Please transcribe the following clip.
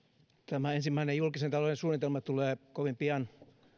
tämä ensimmäinen julkisen talouden suunnitelma tulee kovin pian